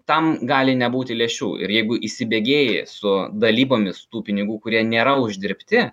tam gali nebūti lęšių ir jeigu įsibėgėji su dalybomis tų pinigų kurie nėra uždirbti